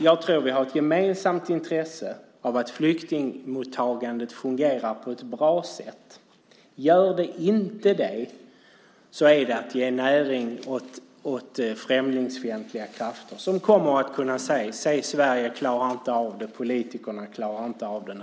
Jag tror att vi har ett gemensamt intresse av att flyktingmottagandet fungerar på ett bra sätt. Gör det inte det så innebär det att man ger näring åt främlingsfientliga krafter som kommer att kunna säga: Se, Sverige klarar inte av det! Politikerna klarar inte av det!